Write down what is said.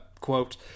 quote